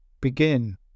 begin